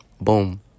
Boom